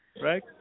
Right